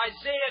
Isaiah